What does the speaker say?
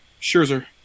Scherzer